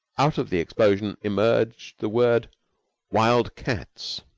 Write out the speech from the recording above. out of the explosion emerged the word wild-cats.